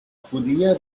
judía